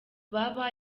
baba